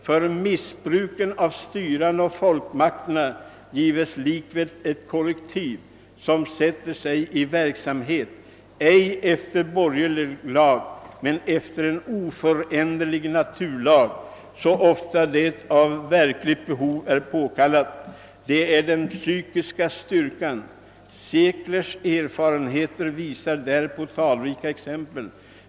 För missbruken af styrande och folkmagterna gifves likväl ett correktiv, som sätter sig i verksamhet ——— ej efter Borgerlig lag, men efter en oföränderlig Natur-lag, så ofta det af verkligt behof är påkalladt, ——— det är den physiska styrkan. Seclers erfarenheter visar derpå talrika exempel.